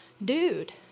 dude